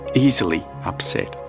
easily upset.